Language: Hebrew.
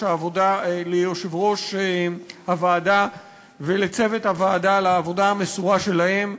ליושב-ראש הוועדה ולצוות הוועדה על העבודה המסורה שלהם,